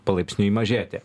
palaipsniui mažėti